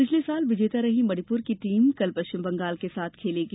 पिछले साल विजेता रही मणिपुर की टीम कल पश्चिम बंगाल के साथ खेलेगी